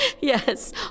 Yes